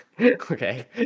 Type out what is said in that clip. Okay